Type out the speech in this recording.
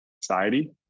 society